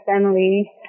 family